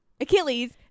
Achilles